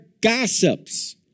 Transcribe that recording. gossips